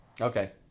Okay